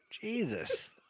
Jesus